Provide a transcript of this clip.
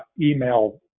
email